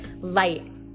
Light